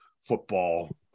football